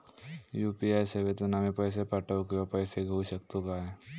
UPI सेवेतून आम्ही पैसे पाठव किंवा पैसे घेऊ शकतू काय?